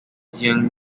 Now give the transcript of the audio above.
jean